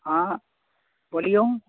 हँ बोलियौ